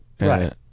Right